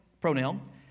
pronoun